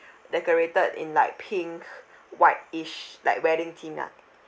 decorated in like pink white-ish like wedding theme lah